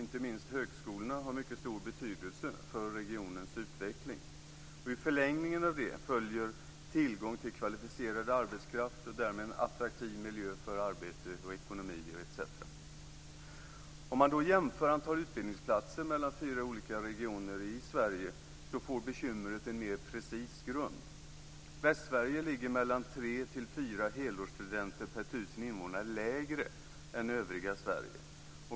Inte minst högskolorna har mycket stor betydelse för regionens utveckling. I förlängningen av det följer tillgång till kvalificerad arbetskraft och därmed en attraktiv miljö för arbete, ekonomi, etc. Om man jämför antalet utbildningsplatser mellan fyra olika regioner i Sverige får bekymret en mer precis grund. Västsverige ligger på mellan tre och fyra helårsstudenter per 1 000 invånare lägre än övriga Sverige.